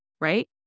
right